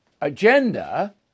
agenda